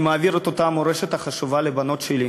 אני מעביר את אותה המורשת החשובה לבנות שלי.